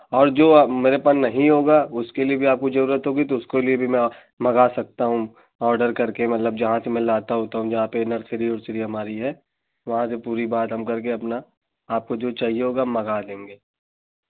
और जो मेरे पास नहीं होगा उसके लिए भी आपको ज़रूरत होगी तो उसको लिए भी मैं मँगा सकता हूँ ऑर्डर कर के मतलब जहाँ से मैं लाता हूँ तो यहाँ पर नर्सरी उर्सरी भी हमारी है वहाँ से पूरी बात हम कर के अपना आपको जो चाहिअ होगा हम मँगा देंगे